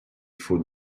faut